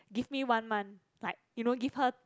give me one month like you know give her